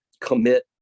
commit